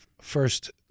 first